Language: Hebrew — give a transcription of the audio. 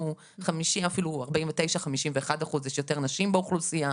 אנחנו 49% מול 51%, יש יותר נשים באוכלוסייה,